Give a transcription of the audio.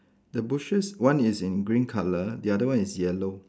the bushes one is in green color the other one is yellow